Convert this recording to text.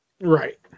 Right